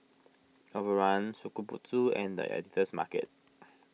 Overrun Shokubutsu and the Editor's Market